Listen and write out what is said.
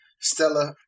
Stella